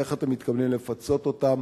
איך אתם מתכוונים לפצות אותם.